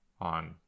On